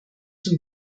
zum